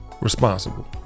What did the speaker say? responsible